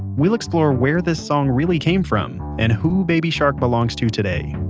we'll explore where this song really came from and who baby shark belongs to today,